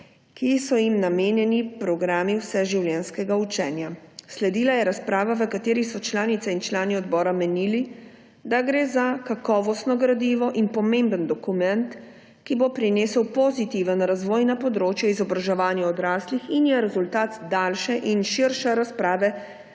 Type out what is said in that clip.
ki so jim namenjeni programi vseživljenjskega učenja. Sledila je razprava, v kateri so članice in člani odbora menili, da gre za kakovostno gradivo in pomemben dokument, ki bo prinesel pozitiven razvoj na področju izobraževanja odraslih in je rezultat daljše in širše razprave